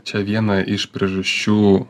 čia viena iš priežasčių